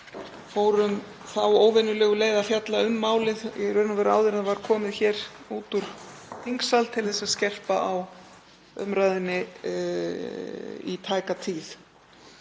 fórum þá óvenjulegu leið að fjalla um málið í raun og veru áður en það var komið út úr þingsal til að skerpa á umræðunni í tæka tíð.